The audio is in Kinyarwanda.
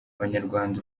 abarwanya